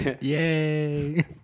Yay